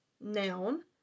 noun